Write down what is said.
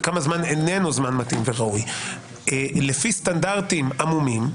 וכמה זמן איננו זמן מתאים וראוי לפי סטנדרטים עמומים,